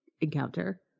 encounter